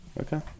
okay